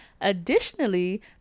Additionally